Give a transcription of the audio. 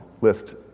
list